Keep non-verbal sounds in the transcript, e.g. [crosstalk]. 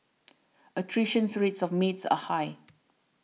attrition [noise] rates of maids are high